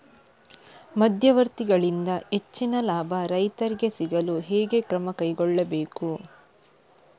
ಮಧ್ಯವರ್ತಿಗಳಿಂದ ಹೆಚ್ಚಿನ ಲಾಭ ರೈತರಿಗೆ ಸಿಗಲು ಹೇಗೆ ಕ್ರಮ ಕೈಗೊಳ್ಳಬೇಕು?